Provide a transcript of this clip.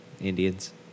Indians